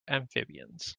amphibians